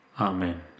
Amen